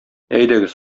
әйдәгез